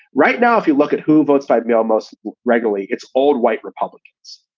right now, if you look at who votes type mail most regularly, it's old white republicans.